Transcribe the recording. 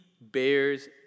bears